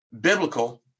biblical